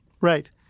right